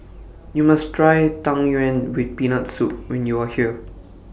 YOU must Try Tang Yuen with Peanut Soup when YOU Are here